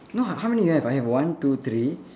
no how many you have I have one two three